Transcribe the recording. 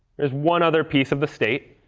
there's one other piece of the state.